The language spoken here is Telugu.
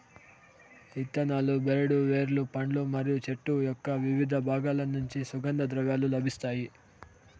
ఇత్తనాలు, బెరడు, వేర్లు, పండ్లు మరియు చెట్టు యొక్కవివిధ బాగాల నుంచి సుగంధ ద్రవ్యాలు లభిస్తాయి